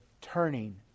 turning